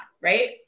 right